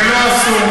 ולא עשו.